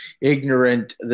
ignorant